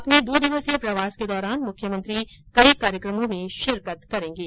अपने दो दिवसीय प्रवास के दौरान मुख्यमंत्री कई कार्यक्रमों में शिरकत करेगे